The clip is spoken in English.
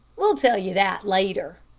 we'll tell you that later,